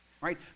right